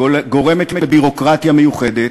גורמת לביורוקרטיה מיוחדת,